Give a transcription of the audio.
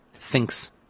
thinks